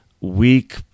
weak